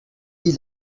wie